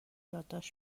یادداشت